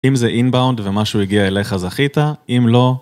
אם זה אינבאונד ומשהו הגיע אליך זכית, אם לא...